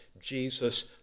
Jesus